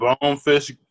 Bonefish